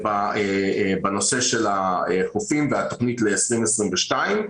בנושא של החופים והתוכנית ל-2022.